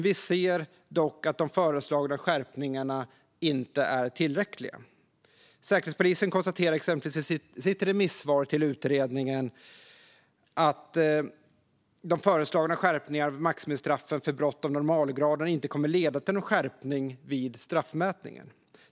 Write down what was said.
Vi anser dock att de föreslagna skärpningarna inte är tillräckliga. Säkerhetspolisen konstaterar exempelvis i sitt remissvar till utredningen att de föreslagna skärpningarna av maximistraffen för brott av normalgraden inte kommer att leda till någon skärpning vid straffmätningen.